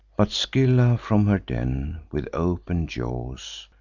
but scylla from her den, with open jaws,